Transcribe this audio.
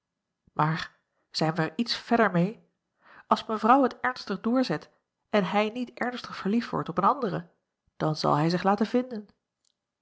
maar zijn wij er iets verder meê als mevrouw het ernstig doorzet en hij niet ernstig verliefd wordt op een andere dan zal hij zich laten vinden